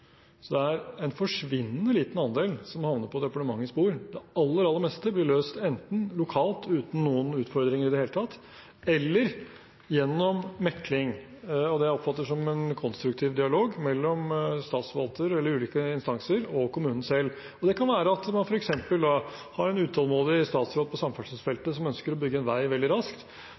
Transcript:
Så det er en forsvinnende liten andel som havner på departementets bord. Det aller, aller meste blir løst enten lokalt, uten noen utfordringer i det hele tatt, eller gjennom mekling og det jeg oppfatter som en konstruktiv dialog mellom Statsforvalteren eller ulike instanser og kommunen selv. Det kan være at man f.eks. har en utålmodig statsråd på samferdselsfeltet som ønsker å bygge en vei veldig raskt,